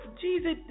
Jesus